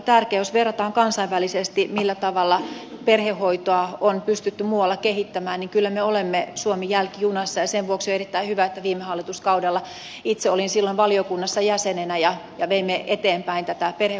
jos verrataan kansainvälisesti millä tavalla perhehoitoa on pystytty muualla kehittämään niin kyllä me olemme suomi jälkijunassa ja sen vuoksi on erittäin hyvä että viime hallituskaudella itse olin silloin valiokunnassa jäsenenä veimme eteenpäin tätä perhehuoltolakia